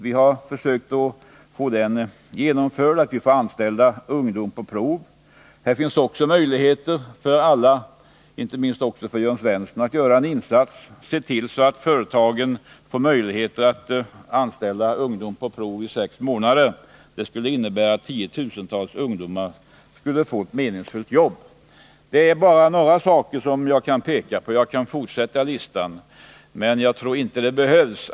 Vi har försökt att få genomfört att få anställa ungdomar på prov. Här finns det också möjligheter för alla, inte minst för Jörn Svensson, att göra en insats — att se till att företag får möjlighet att anställa ungdom på prov i sex månader. Det 182 skulle innebära att tiotusentals ungdomar skulle få ett meningsfullt jobb. Det är bara några saker som jag kan peka på. Jag kan fortsätta listan, men Nr 52 jag tror inte att det behövs.